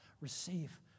receive